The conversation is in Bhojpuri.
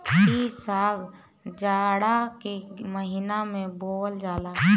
इ साग जाड़ा के महिना में बोअल जाला